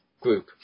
group